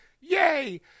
Yay